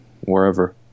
wherever